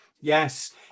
Yes